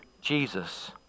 Jesus